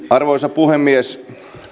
arvoisa puhemies